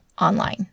online